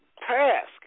task